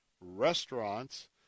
restaurants